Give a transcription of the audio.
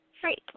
Great